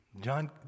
John